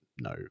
no